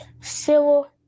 silver